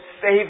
save